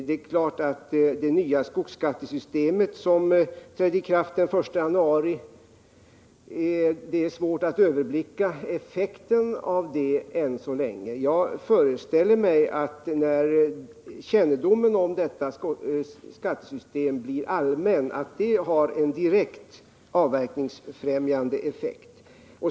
Det är klart att det än så länge är svårt att överblicka effekten av det nya skogsskattesystemet, som trädde i kraft den 1 januari. Jag föreställer mig att när kännedomen om detta skattesystem blir allmän kommer det att ha en direkt avverkningsfrämjande effekt.